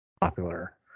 popular